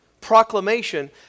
proclamation